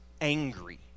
angry